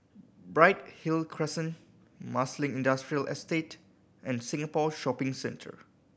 Bright Hill Crescent Marsiling Industrial Estate and Singapore Shopping Centre